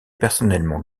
personnellement